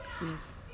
Yes